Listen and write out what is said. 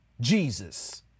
Jesus